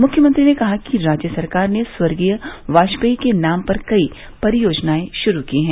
मुख्यमंत्री ने कहा कि राज्य सरकार ने स्वर्गीय वाजपेई के नाम पर कई परियोजनाएं शुरू की हैं